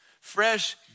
fresh